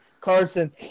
Carson